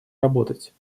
работать